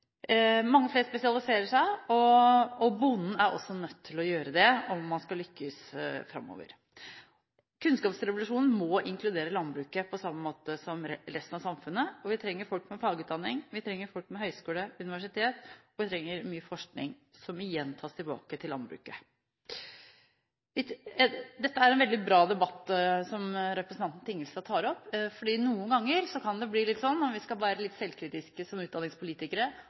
Mange flere spesialiserer seg, og bonden er også nødt til å gjøre det om han skal lykkes framover. Kunnskapsrevolusjonen må inkludere landbruket på samme måte som resten av samfunnet. Vi trenger folk med fagutdanning, vi trenger folk med høyskole- og universitetsutdanning, og vi trenger mye forskning, som igjen tas tilbake til landbruket. Det er en bra debatt som representanten Tingelstad Wøien tar opp, for noen ganger kan det bli litt sånn – om vi skal være litt selvkritiske som utdanningspolitikere